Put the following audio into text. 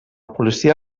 policia